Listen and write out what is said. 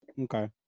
Okay